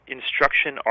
instruction